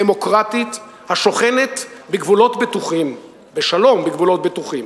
דמוקרטית, השוכנת בשלום בגבולות בטוחים.